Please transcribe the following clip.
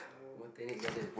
Botanic-Garden